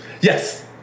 yes